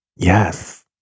Yes